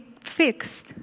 fixed